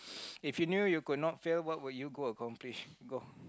if you knew you could not fail what will you go accomplish